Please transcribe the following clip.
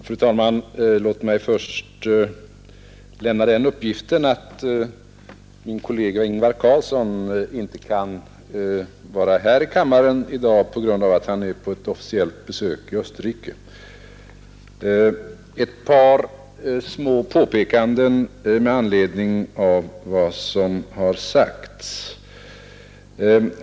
Fru talman! Låt mig först lämna den uppgiften, att min kollega Ingvar Carlsson inte kan vara här i kammaren i dag på grund av att han är på ett officiellt besök i Österrike. Ett par små påpekanden med anledning av vad som har sagts!